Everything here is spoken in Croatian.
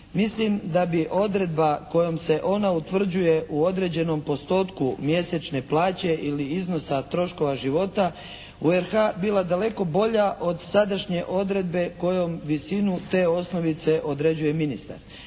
mislim da bi odredba kojom se ona utvrđuje u određenom postotku mjesečne plaće ili iznosa troškova života u RH bila daleko bolja od sadašnje odredbe kojom visinu te osnovice određuje ministar.